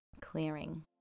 clearing